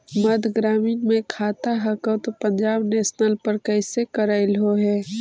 मध्य ग्रामीण मे खाता हको तौ पंजाब नेशनल पर कैसे करैलहो हे?